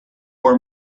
were